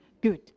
good